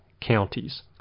counties